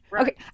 Okay